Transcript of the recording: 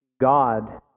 God